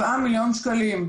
שקלים.